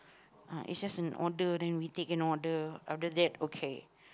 uh it's just an order then we take an order other that okay